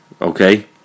okay